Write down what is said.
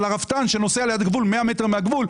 אבל הרפתן שנוסע 100 מטר מהגבול,